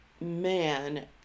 man